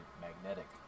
magnetic